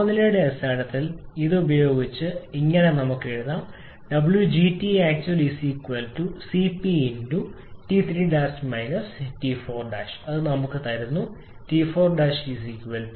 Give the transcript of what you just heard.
താപനിലയുടെ അടിസ്ഥാനത്തിൽ ഇത് ഉപയോഗിച്ച് ഇത് ഇങ്ങനെ എഴുതാം 𝑊𝐺𝑇𝑎𝑐𝑡𝑢𝑎𝑙 𝑐𝑝 𝑇3′ 𝑇4′ അത് നമുക്ക് തരുന്നു 𝑇4′ 805